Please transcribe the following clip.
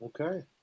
Okay